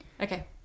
okay